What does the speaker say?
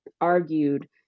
argued